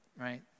Right